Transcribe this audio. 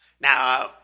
Now